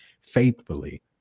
faithfully